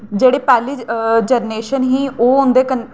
जेह्ड़ी पैह्ली जरनेशन ही ओह् उं'दे कन्नै